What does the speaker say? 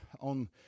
on